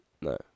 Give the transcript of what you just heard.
No